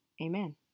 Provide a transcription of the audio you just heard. amen